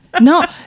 No